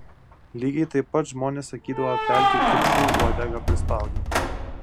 lygiai taip pat žmonės sakydavo pelkių kipšui uodegą prispaudė